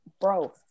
Bro